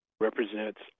represents